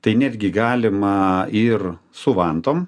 tai netgi galima ir su vantom